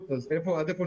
לדיון פומבי,